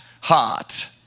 heart